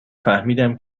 فهمیدم